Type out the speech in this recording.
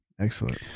Excellent